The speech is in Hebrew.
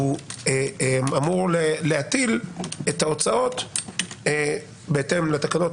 והוא אמור להטיל את ההוצאות בהתאם לתקנות.